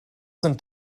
sind